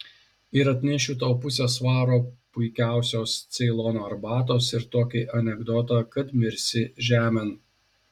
ir atnešiu tau pusę svaro puikiausios ceilono arbatos ir tokį anekdotą kad mirsi žemėn